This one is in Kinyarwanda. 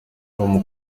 com